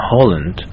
Holland